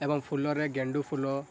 ଏବଂ ଫୁଲରେ ଗେଣ୍ଡୁ ଫୁଲ